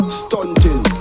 stunting